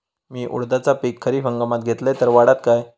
मी उडीदाचा पीक खरीप हंगामात घेतलय तर वाढात काय?